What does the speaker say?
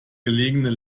gelegenen